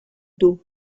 d’eau